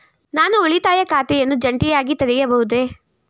ನಾನು ಉಳಿತಾಯ ಖಾತೆಯನ್ನು ಜಂಟಿಯಾಗಿ ತೆರೆಯಬಹುದೇ?